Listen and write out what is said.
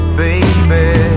baby